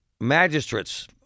magistrates